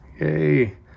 Yay